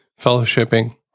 fellowshipping